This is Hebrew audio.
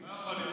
לא יכול להיות.